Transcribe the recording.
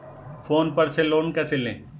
Phone पर से loan कैसे लें?